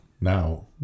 Now